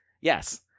Yes